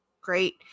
Great